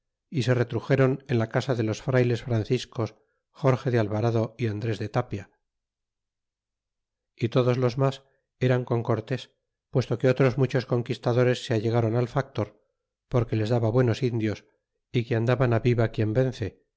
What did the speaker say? y se retruxéron en la casa de los frayles franciscos jorge de alvarado y andres de tapia y todos los mas eran con cortés puesto que otros muchos conquistadores se allegron al factor porque les daba buenos indios y que andaban viva quien vence